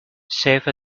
save